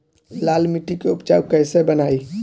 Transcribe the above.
लाल मिट्टी के उपजाऊ कैसे बनाई?